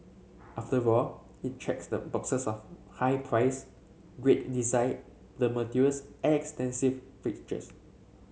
after all it checks the boxes of high price great design the materials and extensive features